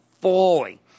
falling